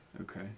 Okay